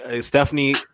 Stephanie